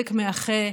צדק מאחה,